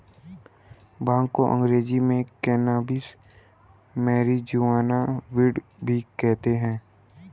भांग को अंग्रेज़ी में cannabis, marijuana, weed भी कहते हैं